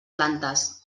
plantes